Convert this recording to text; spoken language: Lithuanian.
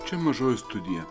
čia mažoji studija